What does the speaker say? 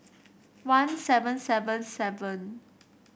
one seven seven seven